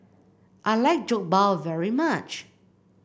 I like Jokbal very much